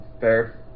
Fair